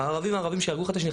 הערבים, שיהרגו אחד את השני.